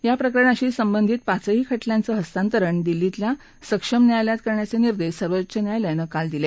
या प्रकरणाशी संबंधित पाचही खटल्यांचं हस्तांतरण दिल्लीतल्या सक्षम न्यायालयात करण्याचे निर्देश सर्वोच्च न्यायालयानं काल दिले